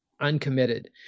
uncommitted